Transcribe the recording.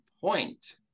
point